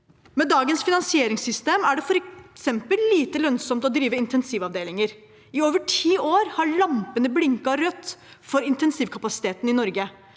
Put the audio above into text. Med dagens finansieringssystem er det f.eks. lite lønnsomt å drive intensivavdelinger. I over ti år har lampene blinket rødt for intensivkapasiteten i Norge.